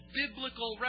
biblical